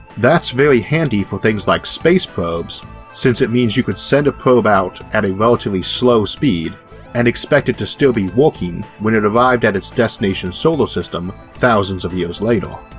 that's very handy for things like space probes since it means you could send a probe out at relatively slow speed and expect it to still be working when it arrived at its destination solar system thousands of years later.